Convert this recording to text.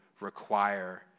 require